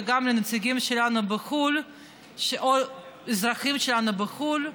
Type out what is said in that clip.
וגם בנציגים שלנו בחו"ל או אזרחים שלנו בחו"ל,